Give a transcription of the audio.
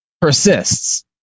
persists